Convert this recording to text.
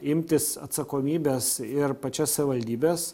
imtis atsakomybės ir pačias savivaldybes